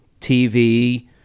TV